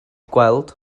gweld